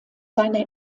seine